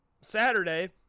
Saturday